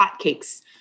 hotcakes